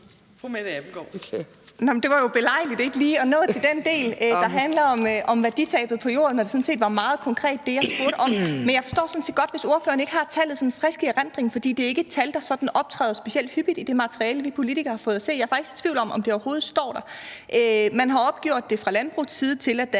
til den del, der handler om værditabet på jorden, når det, jeg spurgte om, sådan set var meget konkret. Men jeg forstår sådan set godt, hvis ordføreren ikke har tallet i frisk erindring, for det er ikke et tal, der optræder sådan specielt hyppigt i det materiale, som vi politikere har fået at se. Jeg er faktisk i tvivl om, om det overhovedet står der. Man har opgjort det fra landbrugets side til, at der